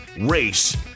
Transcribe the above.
race